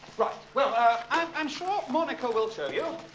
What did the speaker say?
right well i'm sure monica will show you.